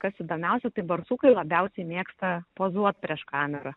kas įdomiausia tai barsukai labiausiai mėgsta pozuot prieš kamerą